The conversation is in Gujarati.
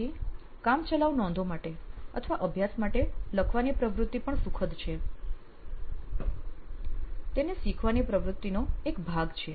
પછી કામચલાઉ નોંધો માટે અથવા અભ્યાસ માટે લખવાની પ્રવૃત્તિ પણ સુખદ છે તેની શીખવાની પ્રવૃત્તિનો એક ભાગ છે